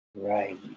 Right